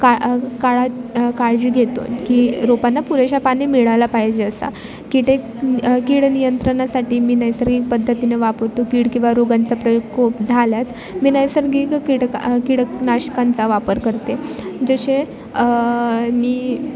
काळ काळात काळजी घेतो की रोपांना पुरेशा पाणी मिळायला पाहिजे असा कीडे कीड नियंत्रणासाठी मी नैसर्गिक पद्धतीने वापरतो कीड किंवा रोगांचा प्रयोग खूप झाल्यास मी नैसर्गिक कीडका कीटकनाशकांचा वापर करते जसे मी